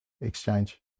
exchange